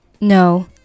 No